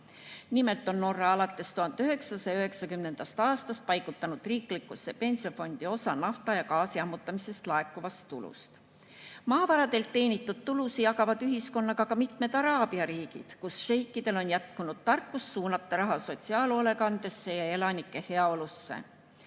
Nimelt on Norra alates 1990. aastast paigutanud riiklikusse pensionifondi osa nafta ja gaasi ammutamisest laekuvast tulust. Maavaradelt teenitud tulusid jagavad ühiskonnaga ka mitmed araabia riigid, kus šeikidel on jätkunud tarkust suunata raha sotsiaalhoolekandesse ja elanike heaolusse.